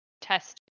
test